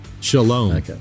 Shalom